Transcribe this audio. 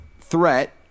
threat